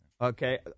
okay